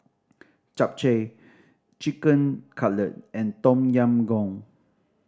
Japchae Chicken Cutlet and Tom Yam Goong